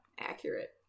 accurate